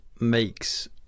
makes